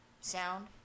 sound